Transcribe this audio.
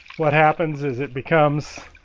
what happens is it becomes